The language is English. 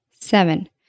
seven